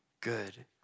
good